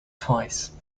twice